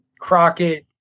Crockett